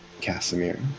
casimir